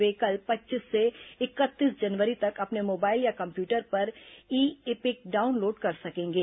वे कल पच्चीस से इकतीस जनवरी तक अपने मोबाइल या कम्प्यूटर पर ई इपिक डाउनलोड कर सकेंगे